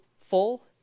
full